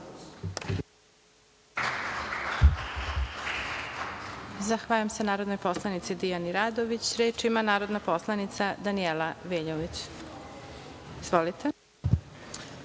Zahvaljujem se narodnoj poslanici Dijani Radović. Reč ima narodna poslanica Danijela Veljović. Izvolite.